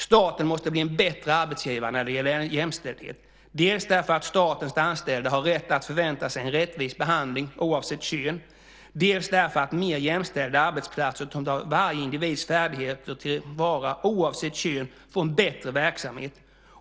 Staten måste bli en bättre arbetsgivare när det gäller jämställdhet, dels därför att statens anställda har rätt att förvänta sig en rättvis behandling oavsett kön, dels därför att mer jämställda arbetsplatser, som tar till vara varje individs färdigheter oavsett kön, får en bättre verksamhet.